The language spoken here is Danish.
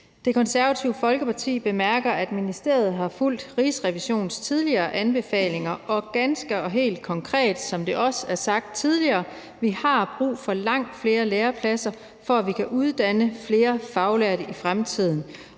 Det Konservative Folkeparti bemærker, at ministeriet har fulgt Rigsrevisionens tidligere anbefalinger, og vi har ganske og helt konkret, som det også er sagt tidligere, brug for langt flere lærepladser, for at vi kan uddanne flere faglærte i fremtiden.